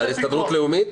מה, ההסתדרות הלאומית?